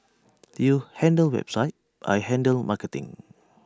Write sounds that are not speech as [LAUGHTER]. [NOISE] you handle website I handle marketing [NOISE]